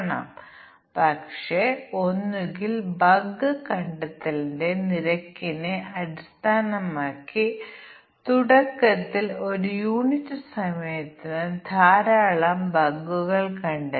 അതിനാൽ ഒരു സമയത്ത് നിങ്ങൾ എത്രമാത്രം പണമടയ്ക്കുന്നു പേയ്മെന്റ് ആവൃത്തി എത്രയാണ് പലിശ നിരക്ക് ബാധകമാകുന്നത് വ്യത്യസ്തമാകുന്ന ഒരു വായ്പയ്ക്കുള്ള ഈ വിവിധ പാരാമീറ്ററുകൾ നൽകുന്നത് എന്നിവയാണ് ഡൌൺ പേയ്മെന്റ്